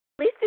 Please